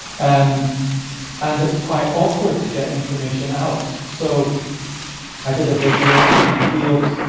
um and it's quite awkward to get information out. so i did a video in the fields,